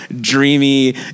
dreamy